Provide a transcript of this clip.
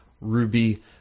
Ruby